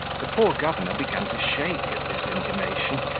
the poor governor began to shake at this intimation,